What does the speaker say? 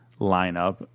lineup